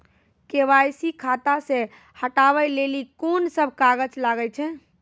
KYC खाता से हटाबै लेली कोंन सब कागज लगे छै?